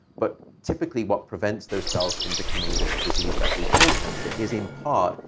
but typically, what prevents those cells from becoming this disease that we call cancer is, in part,